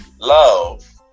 love